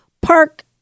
park